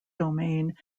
domain